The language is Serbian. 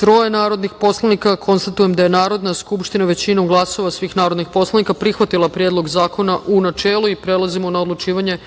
149 narodnih poslanika. Konstatujem da je Narodna skupština, većinom glasova svih narodnih poslanika, prihvatila Predlog zakona u načelu. Prelazimo na odlučivanje